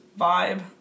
vibe